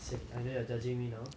okay next question